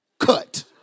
cut